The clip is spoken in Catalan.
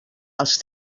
als